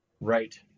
Right